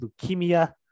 leukemia